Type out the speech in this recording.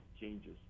changes